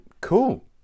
cool